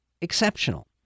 exceptional